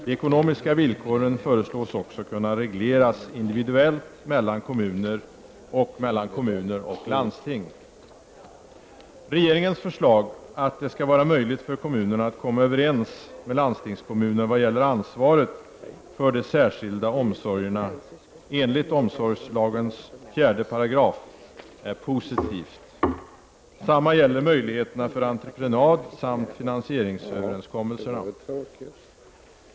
De ekonomiska villkoren föreslås också kunna regleras individuellt mellan kommuner och mellan kommuner och landsting. Regeringens förslag att det skall vara möjligt för kommunerna att komma överens med landstingskommuner vad gäller ansvaret för de särskilda omsorgerna enligt omsorgslagens 4§ är positivt. Samma gäller möjligheterna för entreprenad samt finansieringsöverenskommelserna.